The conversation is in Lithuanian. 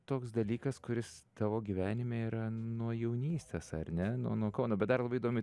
toks dalykas kuris tavo gyvenime yra nuo jaunystės ar ne nuo nuo kauno be dar labai įdomi